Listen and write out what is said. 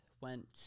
went